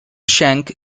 shank